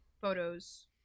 photos